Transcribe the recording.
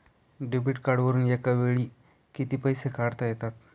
Debit कार्डवरुन एका वेळी किती पैसे काढता येतात?